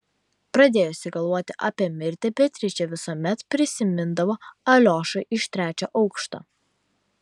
pradėjusi galvoti apie mirtį beatričė visuomet prisimindavo aliošą iš trečio aukšto